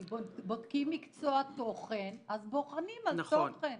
-- כי בודקים מקצוע תוכן אז בוחנים על תוכן.